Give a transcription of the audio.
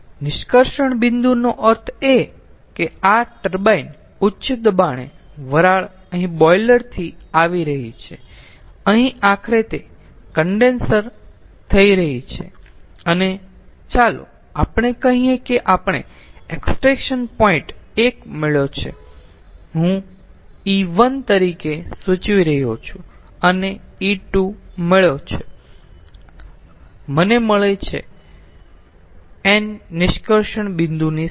નિષ્કર્ષણ બિંદુનો અર્થ એ કે આ ટર્બાઇન ઉચ્ચ દબાણે વરાળ અહીં બોઈલરથી આવી રહી છે અહીં આખરે તે કન્ડેન્સર થઈ રહ્યું છે અને ચાલો આપણે કહીએ કે આપણને એક્સ્ટ્રેક્શન પોઇન્ટ 1 મળ્યો છે હું E1 તરીકે સૂચવી રહ્યો છું મને E2 મળ્યો છે મને મળી છે n નિષ્કર્ષણ બિંદુની સંખ્યા